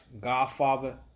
Godfather